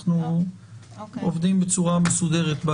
אנחנו עובדים בצורה מסודרת.